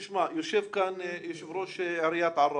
תשמע, יושב כאן יושב ראש עיריית עראבה,